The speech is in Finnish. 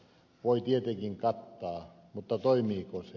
voi tietenkin kattaa mutta toimiiko se